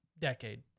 decade